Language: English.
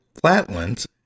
flatlands